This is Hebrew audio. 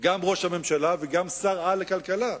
גם ראש הממשלה וגם שר-על לכלכלה.